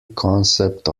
concept